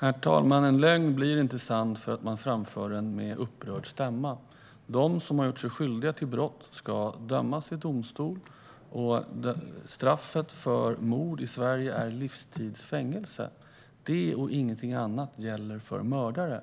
Herr talman! En lögn blir inte sann för att man framför den med upprörd stämma. De som har gjort sig skyldiga brott ska dömas i domstol, och i Sverige är straffet för mord livstids fängelse. Det och inget annat gäller för mördare.